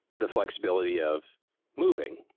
the flexibility of moving,